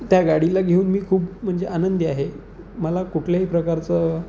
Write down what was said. त्या गाडीला घेऊन मी खूप म्हणजे आनंदी आहे मला कुठल्याही प्रकारचं